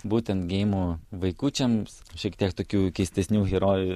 būtent geimų vaikučiams šiek tiek tokių keistesnių herojų